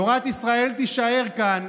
תורת ישראל תישאר כאן,